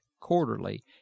quarterly